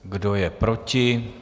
Kdo je proti?